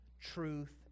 truth